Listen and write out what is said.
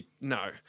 No